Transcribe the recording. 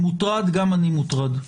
מוטרד, גם אני מוטרד.